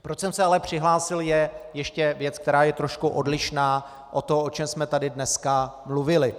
Proč jsem se ale přihlásil, je ještě věc, která je trošku odlišná od toho, o čem jsme tady dneska mluvili.